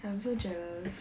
I'm so jealous